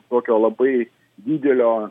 tokio labai didelio